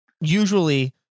usually